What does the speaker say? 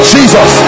Jesus